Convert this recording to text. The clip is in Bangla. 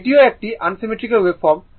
এটিও একটি আনসিমেট্রিক্যাল ওয়েভফরর্ম